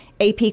AP